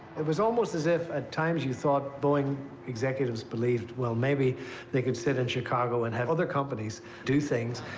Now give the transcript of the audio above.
it was almost as if at times you thought boeing executives believed, well, maybe they could sit in chicago and have other companies do things,